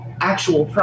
actual